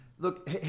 Look